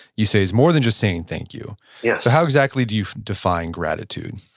you say, it's more than just saying thank you yes how exactly do you define gratitude?